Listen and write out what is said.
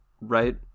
right